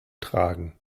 tragen